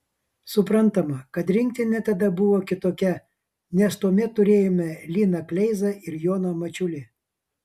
suprantama kad rinktinė tada buvo kitokia nes tuomet turėjome liną kleizą ir joną mačiulį